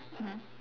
mmhmm